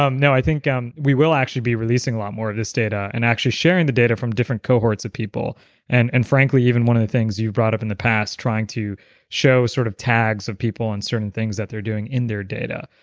um no, i think and we will actually be releasing a lot more of this data and actually sharing the data from different cohorts of people and and frankly, even one of the things you brought up in the past, trying to show sort of tags of people and certain things that they're doing in their data.